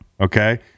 okay